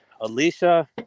alicia